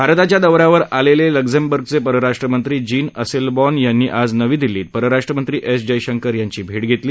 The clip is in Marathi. भारताच्या दौऱ्यावर आलेले लक्झेमबर्गचे परराष्ट्रमंत्री जीन असेल बॉर्न यांनी आज नवी दिल्लीत परराष्ट्रमंत्री एस जयशंकर यांची भेट घेतली